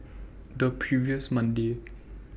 The previous Monday